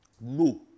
No